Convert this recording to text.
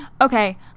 okay